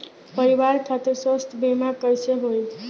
परिवार खातिर स्वास्थ्य बीमा कैसे होई?